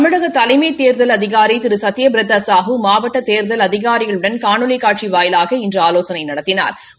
தமிழக தலைமை தேர்தல் அதிகாரிதிரு சத்ய பிரதா சாஹூ மாவட்ட தேர்தல் அதிகாரிகளுடன் காணொலி காட்சி வாயிலாக இன்று ஆலோசனை நடத்தினாா்